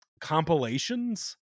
compilations